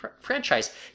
franchise